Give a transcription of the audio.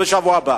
בשבוע הבא?